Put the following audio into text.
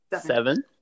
seven